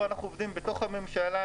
אנחנו פה בתוך הממשלה,